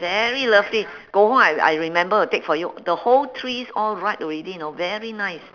very lovely go home I I remember to take for you the whole trees all ripe already know very nice